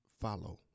Follow